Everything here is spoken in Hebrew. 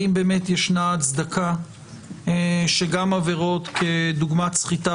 האם באמת ישנה הצדקה שגם עבירות כדוגמת סחיטה